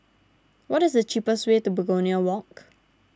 what is the cheapest way to Begonia Walk